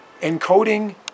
encoding